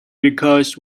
because